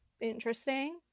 interesting